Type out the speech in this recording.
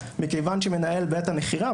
מכיוון שמנהל בית הנחירה,